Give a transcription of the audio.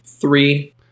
three